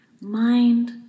mind